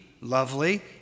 lovely